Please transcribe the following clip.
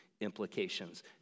implications